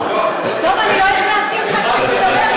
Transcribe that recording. אני לא הכנסתי אותך כדי שתדבר,